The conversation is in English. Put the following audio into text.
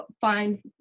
find